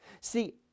see